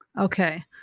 Okay